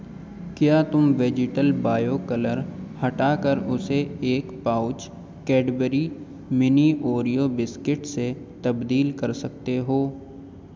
کیا تم vegetable bio colour ہٹا کر اسے ایک pouch Cadbury mini Oreo biscuit سے تبدیل کر سکتے ہو